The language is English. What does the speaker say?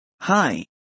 Hi